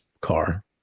car